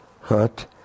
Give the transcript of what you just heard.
hurt